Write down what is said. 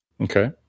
Okay